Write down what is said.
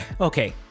okay